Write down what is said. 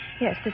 Yes